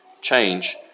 change